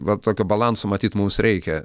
va tokio balanso matyt mums reikia